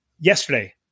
yesterday